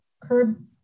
curb